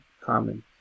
common